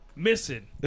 missing